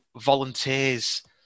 volunteers